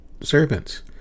servants